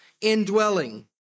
indwelling